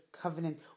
covenant